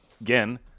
again